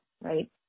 right